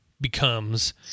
becomes